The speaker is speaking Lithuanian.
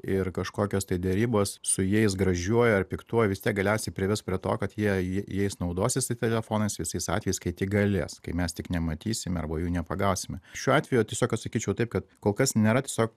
ir kažkokios tai derybos su jais gražiuoju ar piktuoju vis tiek galiausiai prives prie to kad jie ja jais naudosis tais telefonais visais atvejais kai tik galės kai mes tik nematysime arba jų nepagausime šiuo atveju tiesiog atsakyčiau taip kad kol kas nėra tiesiog